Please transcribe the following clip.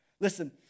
Listen